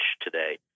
today